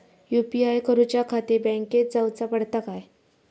UPI करूच्याखाती बँकेत जाऊचा पडता काय?